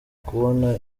kubona